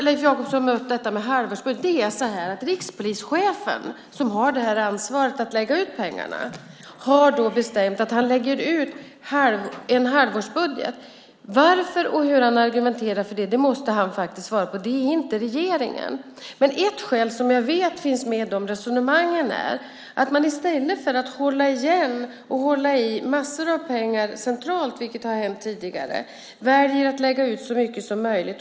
Leif Jakobsson tar upp halvårsbudgeten. Rikspolischefen, som har ansvaret för att lägga ut pengarna, har bestämt att han lägger ut en halvårsbudget. Varför och hur han argumenterar för det måste han faktiskt svara på själv. Det ska inte regeringen göra. Men ett skäl som jag vet finns med i resonemangen är att man i stället för att hålla igen och hålla i massor av pengar centralt, vilket har hänt tidigare, väljer att lägga ut så mycket som möjligt.